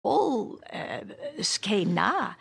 ‫או... זקנה.